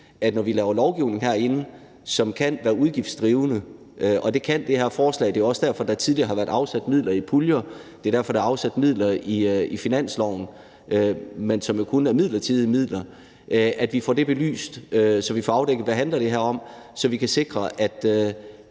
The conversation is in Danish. vi, når vi laver lovgivning herinde, som kan være udgiftsdrivende – det kan det her forslag være, og det er også derfor, at der tidligere har været afsat midler til det i nogle puljer, og det er derfor, at der er afsat midler på finansloven, men det er jo kun midlertidige midler – får det belyst, så vi får afdækket, hvad det handler om, og så vi kan sikre, at